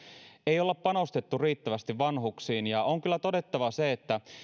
ei olla panostettu riittävästi vanhuksiin ja on kyllä todettava että